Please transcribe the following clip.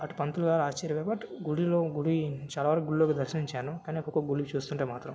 అటు పంతులుగారు ఆశ్చర్యపోయారు బట్ గుడిలో గుడి చాలా వరకు గుడ్లోకి దర్శించాను కానీ ఒక్కొక్క గుడిని చూస్తుంటే మాత్రం